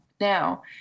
now